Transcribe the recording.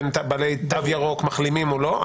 בין בעלי תו ירוק מחלימים או לא.